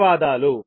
ధన్యవాదాలు